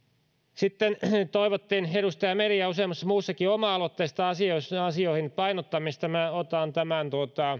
sitten toivottiin edustaja meren ja useammassa muussakin puheenvuorossa oma aloitteista asioihin puuttumista minä otan tämän